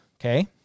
okay